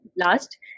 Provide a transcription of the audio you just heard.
last